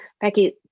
Becky